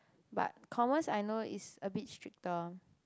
but Commas I know is a bit stricter